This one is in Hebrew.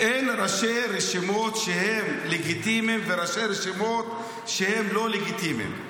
אין ראשי רשימות שהם לגיטימיים וראשי רשימות שהם לא לגיטימיים.